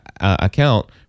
account